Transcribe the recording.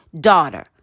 daughter